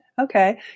Okay